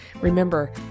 Remember